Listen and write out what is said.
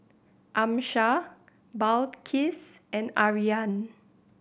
Amsyar Balqis and Aryan